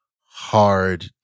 hard